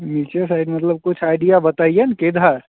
नीचे साइड मतलब कुछ आइडिया बताइए ना किधर